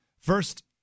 First